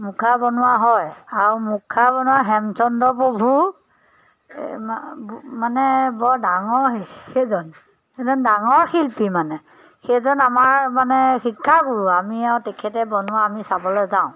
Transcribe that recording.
মুখা বনোৱা হয় আৰু মুখা বনোৱা হেমচন্দ্ৰ প্ৰভু মানে বৰ ডাঙৰ সে সেইজন সেইজন ডাঙৰ শিল্পী মানে সেইজন আমাৰ মানে শিক্ষাগুৰু আমি আৰু তেখেতে বনোৱা আমি চাবলৈ যাওঁ